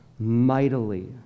mightily